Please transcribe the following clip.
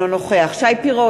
אינו נוכח שי פירון,